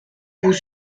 vous